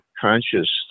conscious